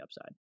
upside